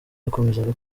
bakomezaga